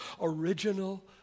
original